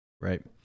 Right